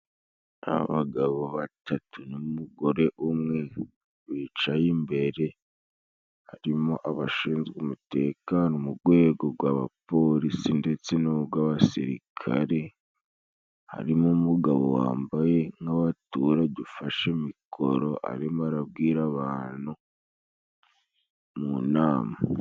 Abagabo batatu n'umugore umwe bicaye imbere, harimo abashinzwe umutekano mu gwego gw'abapolisi ndetse n'ugw'abasirikare. Harimo umugabo wambaye nk'abaturage ufashe mikoro arimo arabwira abantu mu nama.